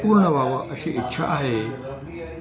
पूर्ण व्हावं अशी इच्छा आहे